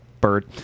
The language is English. bird